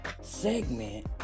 segment